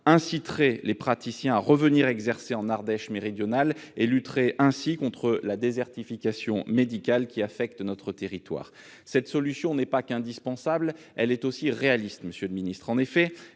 inciterait les praticiens à revenir exercer en Ardèche méridionale et contribuerait ainsi à lutter contre la désertification médicale qui affecte notre territoire. Cette solution n'est pas qu'indispensable, elle est aussi réaliste, monsieur le secrétaire